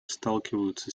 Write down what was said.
сталкиваются